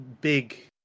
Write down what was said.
big